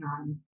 on